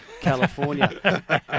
california